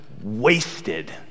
wasted